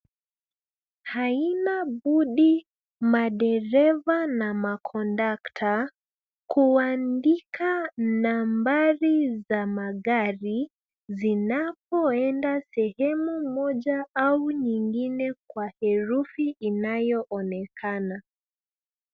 Haina budi madereva na makondakta kuandika nambari za magari zinapoenda sehemu moja au nyingine kwa herufi inayoonekana.